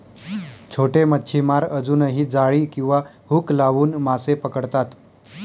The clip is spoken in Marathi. छोटे मच्छीमार अजूनही जाळी किंवा हुक लावून मासे पकडतात